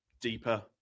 deeper